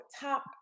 top